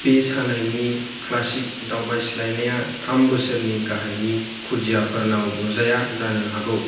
बे सानायनि क्लासिक दावबायस्लायनाया थाम बोसोरनि गाहायनि खुदियाफोरनाव नुजाया जानो हागौ